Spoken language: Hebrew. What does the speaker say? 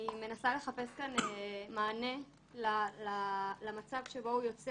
אני מנסה לחפש כאן מענה למצב שבו הוא יוצא